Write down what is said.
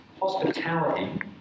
Hospitality